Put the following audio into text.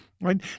right